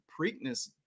Preakness